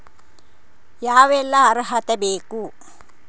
ಯಾವೆಲ್ಲ ಅರ್ಹತೆ ಬೇಕು?